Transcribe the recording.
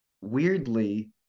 weirdly